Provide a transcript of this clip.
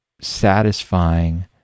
satisfying